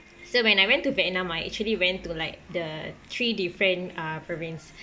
so when I went to vietnam I actually went to like the three different uh province